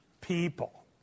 people